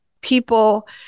people